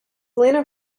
lena